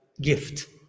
gift